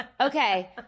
Okay